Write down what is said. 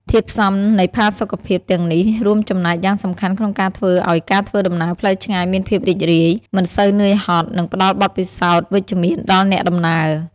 ធាតុផ្សំនៃផាសុកភាពទាំងអស់នេះរួមចំណែកយ៉ាងសំខាន់ក្នុងការធ្វើឱ្យការធ្វើដំណើរផ្លូវឆ្ងាយមានភាពរីករាយ មិនសូវនឿយហត់ និងផ្តល់បទពិសោធន៍វិជ្ជមានដល់អ្នកដំណើរ។